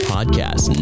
Podcast